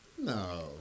No